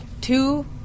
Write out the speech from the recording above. two